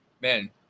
man